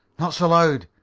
not so loud.